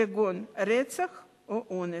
כגון רצח ואונס.